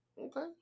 Okay